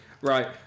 Right